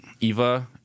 Eva